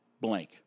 blank